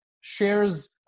shares